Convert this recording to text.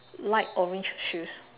light orange shoes